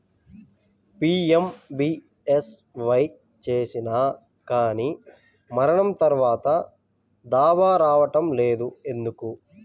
PMBSY చేసినా కానీ మరణం తర్వాత దావా రావటం లేదు ఎందుకు?